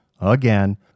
again